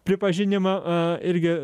pripažinimą irgi